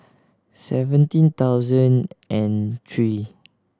seventeen thousand and three